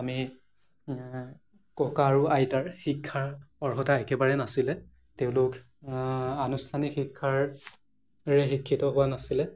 আমি ককা আৰু আইতাৰ শিক্ষাৰ অৰ্হতা একেবাৰে নাছিলে তেওঁলোকে আনুষ্ঠানিক শিক্ষাৰে শিক্ষিত হোৱা নাছিলে